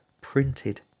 printed